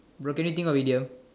bro can you think of idiom